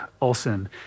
Olson